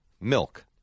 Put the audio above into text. Milk